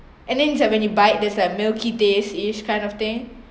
and then is like when you bite there’s like milky days-ish kind of thing